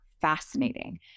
fascinating